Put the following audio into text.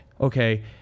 okay